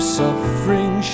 suffering